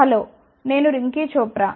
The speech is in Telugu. హలో నేను రింకీ చోప్రా